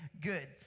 good